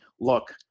look